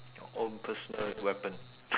your own personal weapon